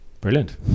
brilliant